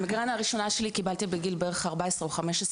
את המיגרנה הראשונה שלי קיבלתי בגיל בערך 14 או 15,